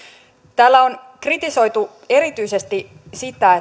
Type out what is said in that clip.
täällä on kritisoitu erityisesti sitä